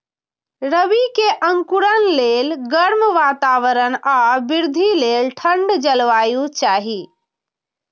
रबी के अंकुरण लेल गर्म वातावरण आ वृद्धि लेल ठंढ जलवायु चाही